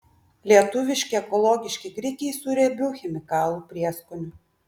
lietuviški ekologiški grikiai su riebiu chemikalų prieskoniu